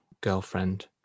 girlfriend